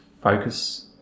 focus